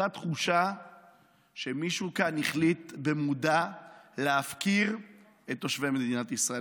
אותה תחושה שמישהו כאן החליט במודע להפקיר את תושבי מדינת ישראל.